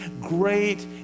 Great